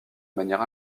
manière